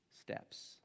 steps